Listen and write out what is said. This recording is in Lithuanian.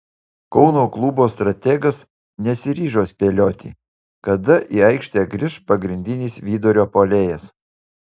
kauno klubo strategas nesiryžo spėlioti kada į aikštę grįš pagrindinis vidurio puolėjas